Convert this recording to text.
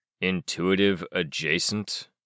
Intuitive-adjacent